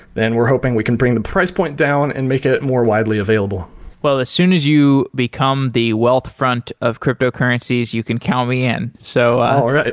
then we're hoping we can bring the price point down and make it more widely available well, as soon as you become the wealthfront of cryptocurrencies, you can count me in so all right